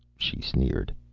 she sneered.